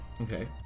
Okay